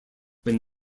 when